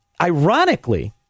Ironically